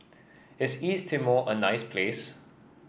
is East Timor a nice place